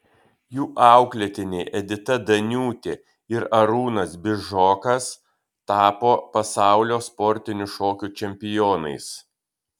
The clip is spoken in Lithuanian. jų auklėtiniai edita daniūtė ir arūnas bižokas tapo pasaulio sportinių šokių čempionais